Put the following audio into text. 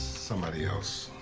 somebody else.